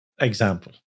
example